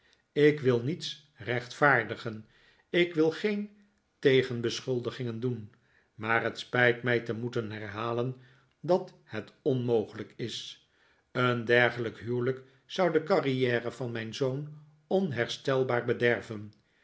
ik wil niets rechtvaardigen ik wil geen tegenbeschuldigingen doen maar het spijt mij te moeten herhalen dat het onmogelijk is een dergelijk huwelijk zou de carriere van mijn zoon onherstelbaar bederven